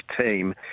team